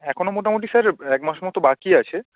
এখনও মোটামুটি স্যার এক মাস মতো বাকি আছে